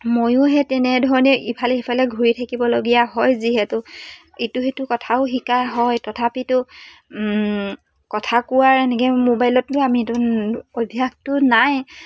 ময়োহে তেনেধৰণেই ইফালে সিফালে ঘূৰি থাকিবলগীয়া হয় যিহেতু ইটো সিটো কথাও শিকা হয় তথাপিতো কথা কোৱাৰ এনেকৈ মোবাইলতো আমিটো অভ্যাসটো নাই